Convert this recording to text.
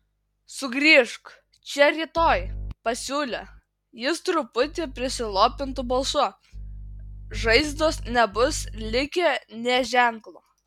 sugrįžk čia rytoj pasiūlė jis truputį prislopintu balsu žaizdos nebus likę nė ženklo